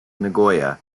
nagoya